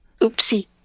Oopsie